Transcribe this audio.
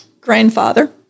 grandfather